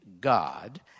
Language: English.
God